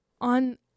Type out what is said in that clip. on